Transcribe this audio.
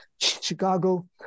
Chicago